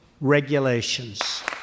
regulations